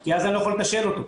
כי אז אני לא יכול לתשאל אותו.